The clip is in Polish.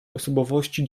osobowości